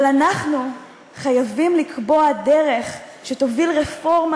אבל אנחנו חייבים לקבוע דרך שתוביל רפורמה